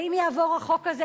ואם יעבור החוק הזה,